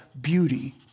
beauty